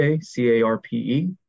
c-a-r-p-e